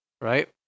right